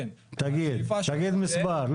תגיד, תגיד מספר.